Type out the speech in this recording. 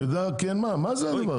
אני יודע כי אין מה, מה זה הדבר הזה?